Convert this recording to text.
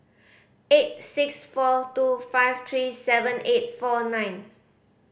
eight six four two five three seven eight four nine